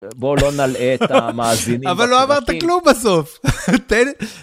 בוא לא נלאה את המאזינים. אבל לא אמרת כלום בסוף.